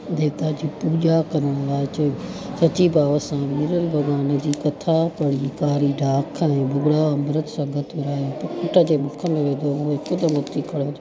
देवता जी पूॼा करण लाइ चयो सची भाव सां विरल भॻवान जी कथा पढ़ी कारी डाख ऐं भुॻिड़ा अंबृतु संगत विराई पुट जे मुख में विधो उहो हिकदमि उथी खणो थियो